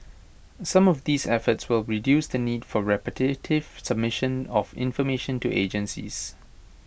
some of these efforts will reduce the need for repetitive submission of information to agencies